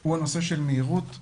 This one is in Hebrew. הוא הנושא של מהירות ,